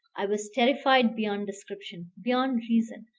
i was terrified beyond description, beyond reason,